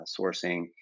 sourcing